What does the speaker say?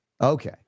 Okay